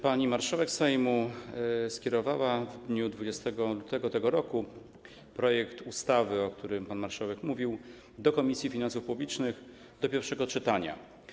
Pani marszałek Sejmu skierowała w dniu 20 lutego tego roku projekt ustawy, o którym pan marszałek powiedział, do Komisji Finansów Publicznych do pierwszego czytania.